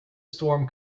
storm